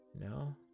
no